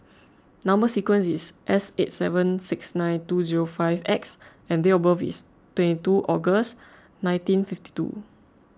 Number Sequence is S eight seven six nine two zero five X and date of birth is twenty two August nineteen fifty two